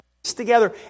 together